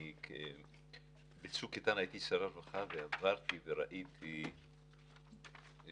בצוק איתן הייתי שר הרווחה ועברתי וראיתי את